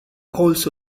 also